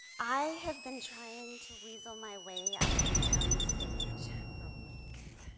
i have been trying to weasel my way out of being on this stage for weeks.